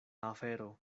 afero